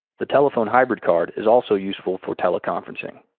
the telephone hybrid card is also useful for teleconferencing.